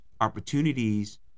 opportunities